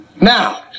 Now